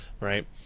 right